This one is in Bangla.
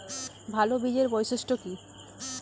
ভাল বীজের বৈশিষ্ট্য কী?